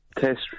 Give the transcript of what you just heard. test